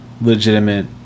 legitimate